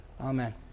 Amen